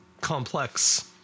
complex